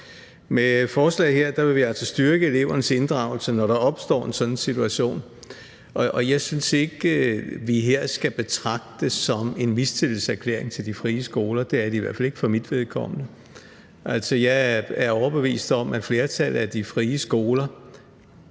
Med forslaget her vil vi altså styrke elevens inddragelse, når der opstår sådan en situation. Og jeg synes ikke, at vi her skal betragte det som en mistillidserklæring til de frie skoler – det er det i hvert fald ikke for mit vedkommende. Altså, jeg er overbevist om, at flertallet af de frie skoler